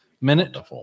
minute